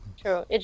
True